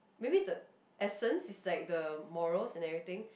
maybe the essence is like the morals and everything